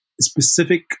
specific